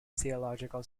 theological